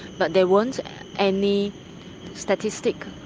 but there weren't any statistics